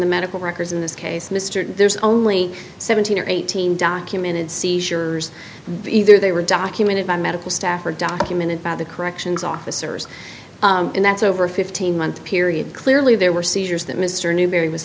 the medical records in this case mr there's only seventeen or eighteen documented seizures either they were documented by medical staff or documented by the corrections officers and that's over a fifteen month period clearly there were seizures that mr newberry was